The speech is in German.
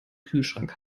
kühlschrank